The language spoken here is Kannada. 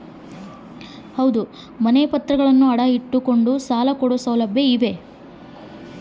ಮನೆ ಪತ್ರಗಳನ್ನು ಅಡ ಇಟ್ಟು ಕೊಂಡು ಸಾಲ ಕೊಡೋ ಸೌಲಭ್ಯ ಇದಿಯಾ?